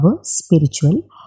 spiritual